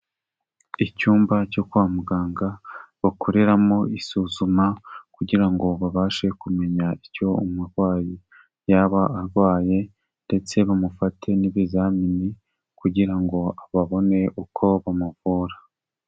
Icyumba cyo kwa muganga bakoreramo isuzuma kugira ngo babashe kumenya icyo umurwayi yaba arwaye ndetse bamufate n'ibizamini kugira ngo babone uko bamuvura.